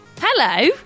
Hello